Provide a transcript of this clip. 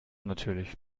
natürlich